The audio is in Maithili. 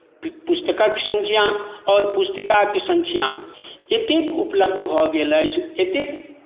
पुस्तकक सङ्ख्या आओर पुस्तिकाके सङ्ख्या एतेक उपलब्ध भऽ गेल अछि एतेक